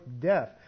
death